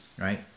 right